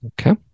Okay